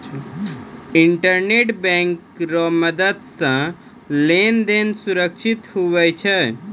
internet bank रो मदद से लेन देन सुरक्षित हुवै छै